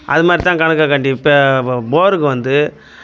அது மாதிரிதான் கணக்கை காட்டி இப்போ இப்போ போருக்கு வந்து